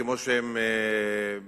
כמו שהם בפועל,